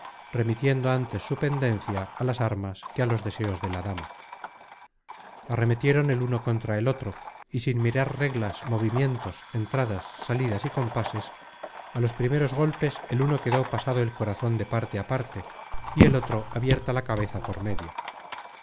remitiendo antes su pendencia á las armas que a los deseos de la dama arremetieron el uno contra el otro y sin mirar reglas movimientos entradas salidas y compases á los primeros golpes el uno quedó pasado el corazon de parte á parte y el otro abierta la cabeza por medio